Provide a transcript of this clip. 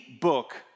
book